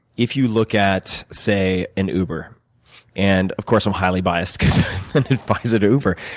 if you look at say, an uber and of course, i'm highly biased advisor to uber.